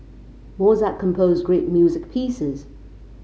Mozart composed great music pieces